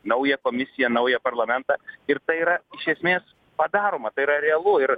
naują komisiją naują parlamentą ir tai yra iš esmės padaroma tai yra realu ir